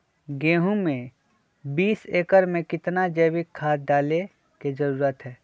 गेंहू में बीस एकर में कितना जैविक खाद डाले के जरूरत है?